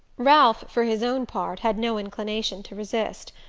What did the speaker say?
ralph, for his own part, had no inclination to resist.